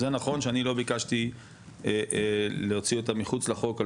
זה נכון שאני לא ביקשתי להוציא אותם מחוץ לחוק על